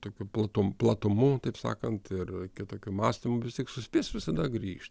tokiu platum platumu taip sakant ir kitokiu mąstymu vis tiek suspės visada grįžt